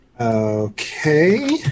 okay